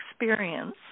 experience